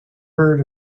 heard